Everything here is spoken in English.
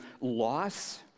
loss